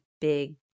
big